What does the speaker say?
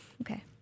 Okay